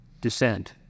descend